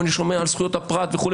ואני שומע על זכויות הפרט וכו',